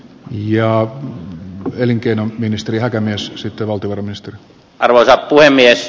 ja elinkeinoministeriö hakee myös sitova varmisti arvoisa puhemies